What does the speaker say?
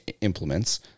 implements